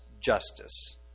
justice